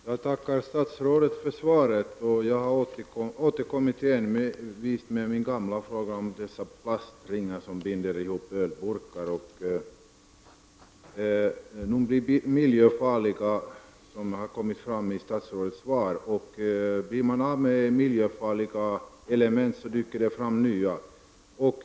Herr talman! Jag tackar statsrådet för svaret. Jag har återkommit igen med min gamla fråga om de plastringar som binder ihop ölburkar. De är miljöfarliga, som har kommit fram i statsrådets svar, och om man blir av med miljöfarliga element dyker det upp nya.